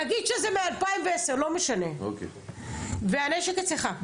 נגיד שזה מ-2010, לא משנה, והנשק אצלך.